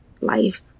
life